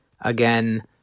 again